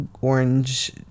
orange